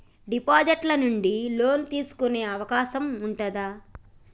Deposit ల నుండి loan తీసుకునే అవకాశం ఉంటదా?